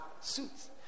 suits